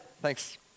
thanks